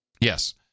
Yes